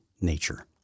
nature